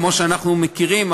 כמו שאנחנו מכירים,